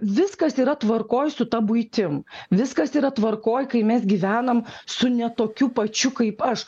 viskas yra tvarkoj su ta buitim viskas yra tvarkoj kai mes gyvenam su ne tokiu pačiu kaip aš